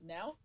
Now